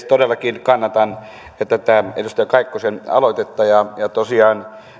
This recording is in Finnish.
todellakin kannatan tätä edustaja kaikkosen aloitetta tosiaan